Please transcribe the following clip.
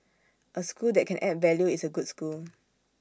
A school that can add value is A good school